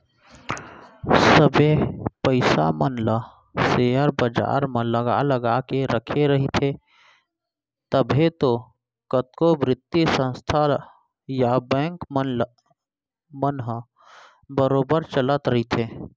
सबे पइसा मन ल सेयर बजार म लगा लगा के रखे रहिथे तभे तो कतको बित्तीय संस्था या बेंक मन ह बरोबर चलत रइथे